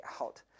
out